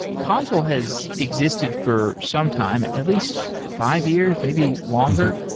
consul has existed for some time, at least five years, maybe longer.